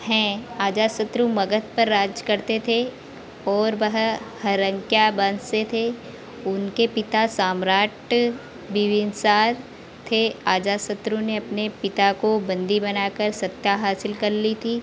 हैं अजातशत्रु मगध पर राज्य करते थे और वह हरंक्या वंश से थे उनके पिता साम्राट बिम्बिसार थे अजातशत्रु ने अपने पिता को बंदी बनाकर सत्ता हासिल कर ली थी